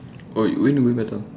!oi! when you going Batam